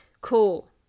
Cool